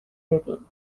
ببین